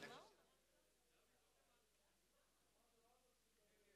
(תיעוד חזותי או קולי בקלפיות),